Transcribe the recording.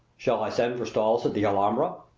shall i send for stalls at the alhambra?